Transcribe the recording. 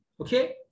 Okay